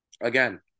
again